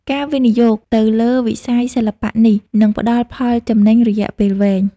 ការវិនិយោគទៅលើវិស័យសិល្បៈនេះនឹងផ្តល់ផលចំណេញរយៈពេលវែង។